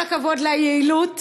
כל הכבוד ליעילות,